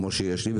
כמו שיש לי,